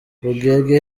rugege